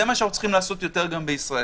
זה מה שאנחנו צריכים לעשות יותר גם בישראל.